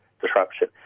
Disruption